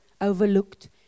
overlooked